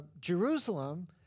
Jerusalem